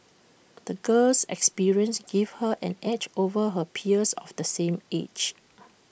the girl's experiences gave her an edge over her peers of the same age